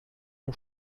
mon